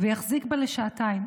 ויחזיק בה לשעתיים.